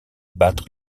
battre